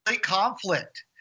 conflict